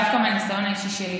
דווקא מהניסיון האישי שלי,